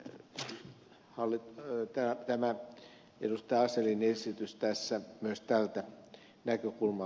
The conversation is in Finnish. asellin esitys tässä myös tästä näkökulmasta on perus teltu